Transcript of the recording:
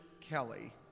Kelly